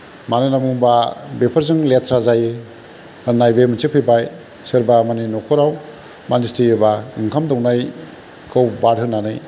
मानो होनना बुङोबा बेफोरजों लेथ्रा जायो होननाय बे मोनसे फैबाय सोरबा माने नखराव मानसि थैयोबा ओंखाम दौनायखौ बाद होनानै